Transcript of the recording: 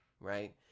right